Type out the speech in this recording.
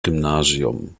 gymnasium